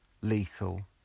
lethal